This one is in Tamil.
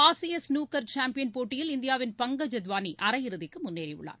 ஆசிய ஸ்னூக்கர் சாம்பியன் போட்டியில் இந்தியாவின் பங்கஜ் அத்வாளி அரையிறுதிக்கு முன்னேறி உள்ளார்